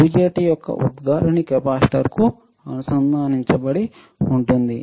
UJT యొక్క ఉద్గారిణి కెపాసిటర్కు అనుసంధానించబడి ఉంది